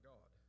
God